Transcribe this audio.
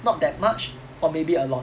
not that much or maybe a lot